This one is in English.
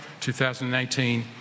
2018